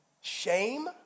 shame